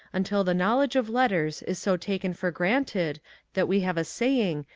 until the knowledge of letters is so taken for granted that we have a saying,